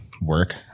work